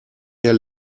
der